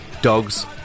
dogs